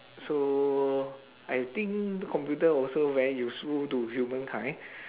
so I think the computer also very useful to humankind